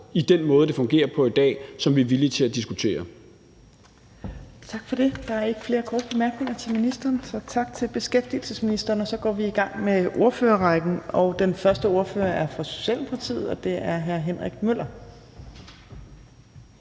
i den måde, det fungerer på i dag, som vi er villige til at diskutere.